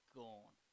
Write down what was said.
gone